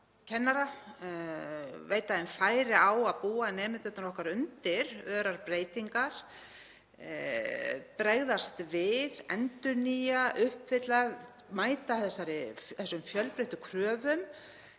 kennara, veita þeim færi á að búa nemendurna okkar undir örar breytingar, bregðast við, endurnýja, uppfylla, mæta þessum fjölbreyttu kröfum